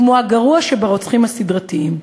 כמו הגרוע שברוצחים הסדרתיים.